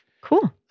Cool